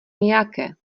nějaké